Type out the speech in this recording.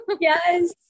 Yes